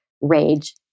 rage